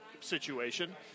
situation